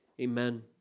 amen